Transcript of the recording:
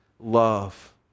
love